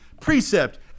Precept